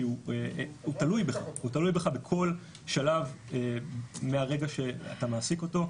כי הם תלויים בך בכל שלב מהרגע שאתה מעסיק אותם,